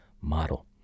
model